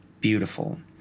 beautiful